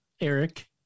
Eric